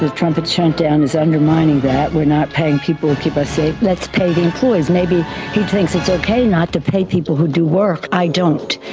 ah trumpet so down is undermining that. we're not paying people. keep us safe. let's pay the employees. maybe he thinks it's okay not to pay people who do work. i don't.